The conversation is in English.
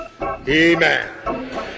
Amen